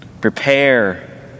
Prepare